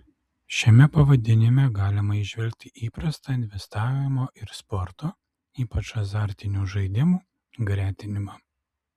šiame pavadinime galima įžvelgti įprastą investavimo ir sporto ypač azartinių žaidimų gretinimą